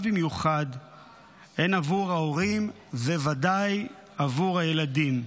במיוחד הן עבור ההורים וודאי עבור הילדים.